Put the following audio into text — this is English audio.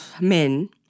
men